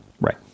Right